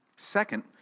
Second